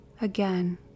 Again